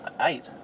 Eight